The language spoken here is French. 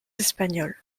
espagnols